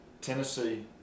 Tennessee